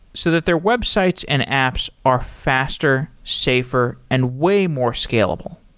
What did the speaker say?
so that their websites and apps are faster, safer and way more scalable.